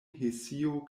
hesio